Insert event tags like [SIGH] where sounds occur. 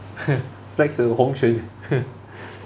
[LAUGHS] flex is hong xuan [LAUGHS]